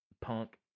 punk